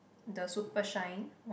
the super shine